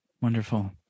Wonderful